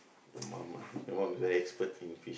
your mama your mom expert in fish